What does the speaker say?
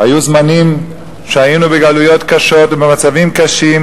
היו זמנים שהיינו בגלויות קשות ובמצבים קשים,